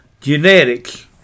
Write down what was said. Genetics